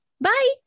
Bye